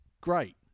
Great